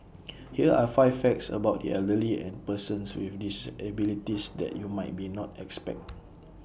here are five facts about the elderly and persons with disabilities that you might be not expect